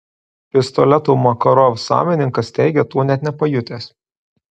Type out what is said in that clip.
pistoleto makarov savininkas teigia to net nepajutęs